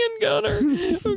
Gunner